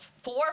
four